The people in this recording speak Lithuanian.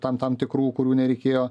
tam tam tikrų kurių nereikėjo